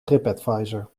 tripadvisor